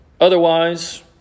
Otherwise